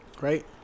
Right